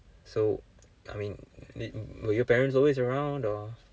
so I mean were your parents always around or